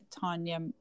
Tanya